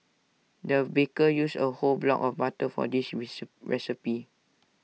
the baker used A whole block of butter for this rise recipe